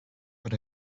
but